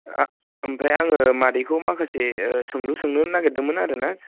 ओमफ्राय आङो मादैखौ माखासे सोंलु सोंनो नागिरदोंमोन आरो ना